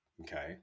okay